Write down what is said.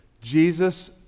Jesus